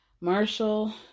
Marshall